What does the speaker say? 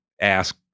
ask